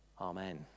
amen